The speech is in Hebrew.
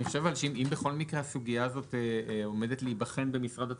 אם הסוגיה הזאת עומדת להיבחן במשרד התחבורה,